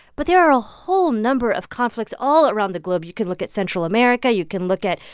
but there are a whole number of conflicts all around the globe. you can look at central america. you can look at,